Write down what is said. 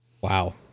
Wow